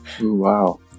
Wow